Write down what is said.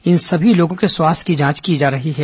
इन सभी लोगों के स्वास्थ्य की जांच की जा रही है